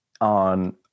on